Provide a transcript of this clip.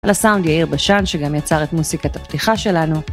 על הסאונד יאיר בשן שגם יצר את מוסיקת הפתיחה שלנו.